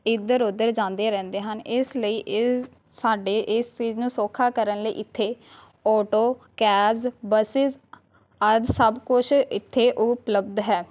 ਇੱਧਰ ਉੱਧਰ ਜਾਂਦੇ ਰਹਿੰਦੇ ਹਨ ਇਸ ਲਈ ਇਹ ਸਾਡੇ ਇਸ ਚੀਜ਼ ਨੂੰ ਸੌਖਾ ਕਰਨ ਲਈ ਇੱਥੇ ਅੋਟੋ ਕੈਬਸ ਬੱਸਿਸ ਆਦਿ ਸਭ ਕੁਛ ਇੱਥੇ ਉਹ ਉਪਲੱਬਧ ਹੈ